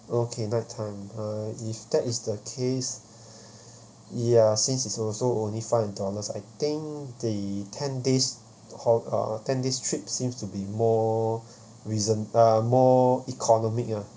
okay night time uh if that is the case ya since is also only five hundred dollars I think the ten days uh ten days trip seems to be more reason uh more economic ya